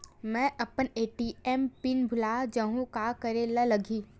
मैं अपन ATM PIN भुला जहु का करे ला लगही?